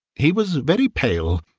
he was very pale,